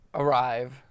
arrive